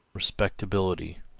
respectability,